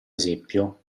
esempio